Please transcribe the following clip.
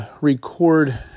record